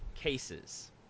cases